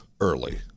early